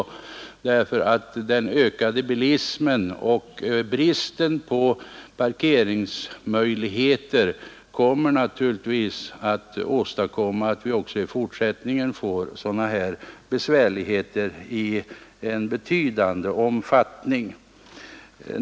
Den ökade bilismen och bristen på parkeringsmöjligheter kommer naturligtvis att medföra sådana besvärligheter i en betydande omfattning.